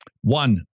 One